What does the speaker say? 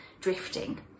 drifting